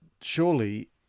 Surely